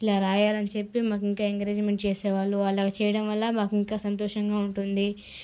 ఇలా రాయాలని చెప్పి మాకు ఇంకా ఎంకరేజ్మెంట్ చేసే వాళ్ళు అలా చేయడం వల్ల మాకు ఇంకా సంతోషంగా ఉంటుంది